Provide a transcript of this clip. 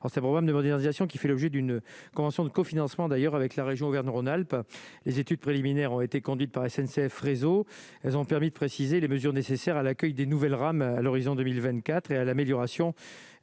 en ce programme de modernisation qui fait l'objet d'une convention de cofinancement d'ailleurs avec la région Auvergne-Rhône-Alpes les études préliminaires ont été conduites par SNCF, réseau, elles ont permis de préciser les mesures nécessaires à l'accueil des nouvelles rames à l'horizon 2024 et à l'amélioration